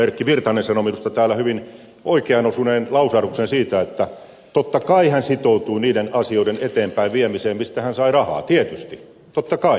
erkki virtanen sanoi minusta täällä hyvin oikeaan osuneen lausahduksen siitä että totta kai hän sitoutuu niiden asioiden eteenpäinviemiseen mistä hän sai rahaa tietysti totta kai